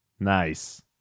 Nice